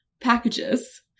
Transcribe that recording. packages